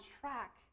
track